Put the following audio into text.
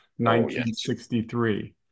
1963